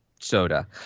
soda